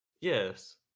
Yes